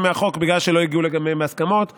מהחוק בגלל שלא הגיעו להסכמות לגביהם.